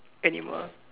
animal